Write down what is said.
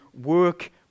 work